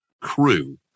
crew